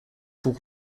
pour